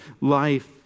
life